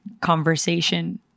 conversation